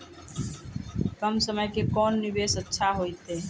कम समय के कोंन निवेश अच्छा होइतै?